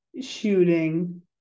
shooting